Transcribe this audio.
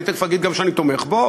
אני תכף אגיד גם שאני תומך בו,